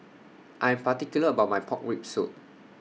I'm particular about My Pork Rib Soup